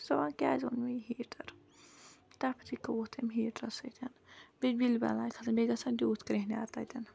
بہٕ چھَس ونان کیازِ اوٚن مےٚ یہِ ہیٖٹر تَفریک ووٚتھ اَمہِ ہیٹرٕ سۭتۍ بیٚیہِ بِلہِ بَلاے کھسان بیٚیہِ گَژھان تیوٗت کریہنیار تَتٮ۪ن